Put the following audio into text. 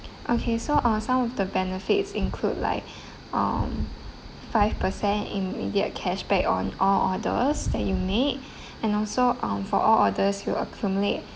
okay so uh some of the benefits include like um five percent immediate cash back on all orders that you make and also um for all orders will accumulate